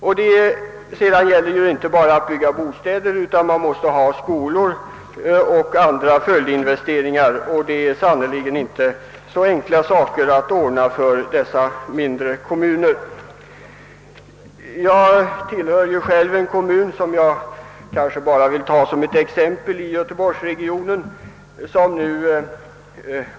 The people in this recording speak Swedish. Men det gäller inte bara att bygga bostäder, utan man måste få fram skolor och göra andra följdinvesteringar, vilket sannerligen inte är så enkla saker att ordna för dessa mindre kommuner. Jag tillhör själv en kommun i göteborgsregionen, som jag vill ta som exempel.